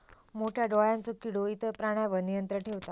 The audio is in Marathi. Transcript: मोठ्या डोळ्यांचो किडो इतर प्राण्यांवर नियंत्रण ठेवता